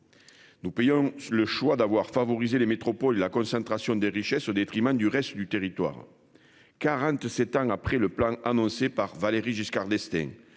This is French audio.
Nous payons le choix d'avoir favorisé les métropoles, la concentration des richesses au détriment du reste du territoire. 47 ans après le plan annoncé par Valéry Giscard d'Estaing.